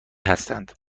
هستند